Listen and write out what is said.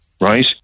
Right